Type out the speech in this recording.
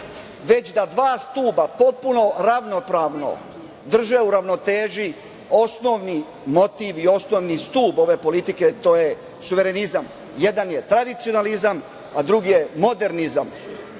već da dva stuba potpuno ravnopravno drže u ravnoteži osnovni motiv i osnovni stub ove politike, a to je suverenizam. Jedan je tradicionalizamm a drugi je modernizam.